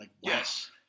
Yes